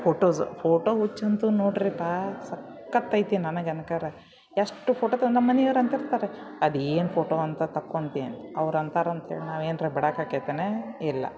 photos photo ಹುಚ್ಚುಂತೂ ನೋಡಿರಿಪ್ಪ ಸಖತ್ತೈತಿ ನನಗನ್ಕರ ಎಷ್ಟು ಫೋಟೊ ತಂದು ನಮ್ಮ ಮನಿಯವ್ರು ಅಂತಿರ್ತಾರೆ ಅದೇನು ಫೋಟೋ ಅಂತ ತಕ್ಕೊಂತಿಯಂತ ಅವ್ರು ಅಂತಾರಂತ ಹೇಳಿ ನಾವೇನರ ಬಿಡಾಕಾಕೈತೆನೇ ಇಲ್ಲ